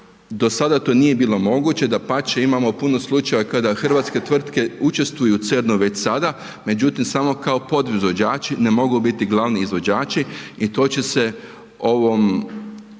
Do sada to nije bilo moguće, dapače, imamo puno slučajeva kada hrvatske tvrtke učestvuju u CERN-u već sada, međutim, samo kao podizvođači, ne mogu biti glavni izvođači i to će se ovom,